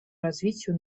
развитию